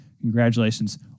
Congratulations